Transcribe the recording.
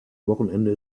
wochenende